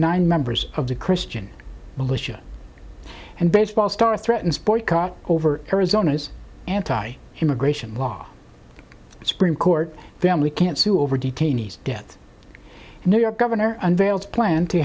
nine members of the christian militia and baseball star threatens boycott over arizona's anti immigration law supreme court family can't sue over detainees get new york governor unveiled a plan